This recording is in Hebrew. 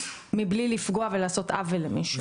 מבלי לפגוע ולעשות עוול למישהו.